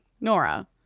Nora